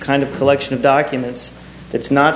kind of collection of documents it's not